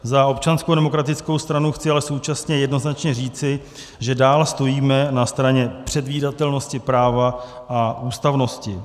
Za Občanskou demokratickou stranu chci ale současně jednoznačně říci, že dál stojíme na straně předvídatelnosti práva a ústavnosti.